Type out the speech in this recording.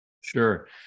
Sure